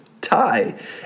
tie